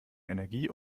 energie